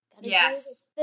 yes